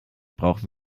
brauchen